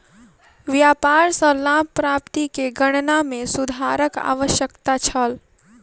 व्यापार सॅ लाभ प्राप्ति के गणना में सुधारक आवश्यकता छल